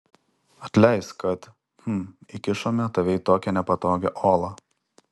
atleisk kad hm įkišome tave į tokią nepatogią olą